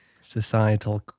societal